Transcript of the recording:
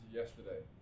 yesterday